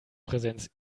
präsenz